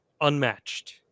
unmatched